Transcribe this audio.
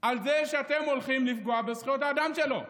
על זה שאתם הולכים לפגוע בזכויות האדם שלו.